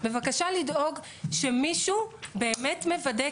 בבקשה לדאוג שמישהו באמת מוודא,